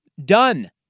Done